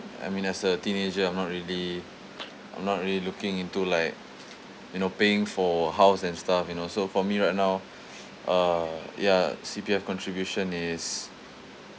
I mean as a teenager I'm not really I'm not really looking into like you know paying for house and stuff you know so for me right now uh ya C_P_F contribution is